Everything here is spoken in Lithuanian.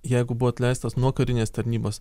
jeigu buvo atleistas nuo karinės tarnybos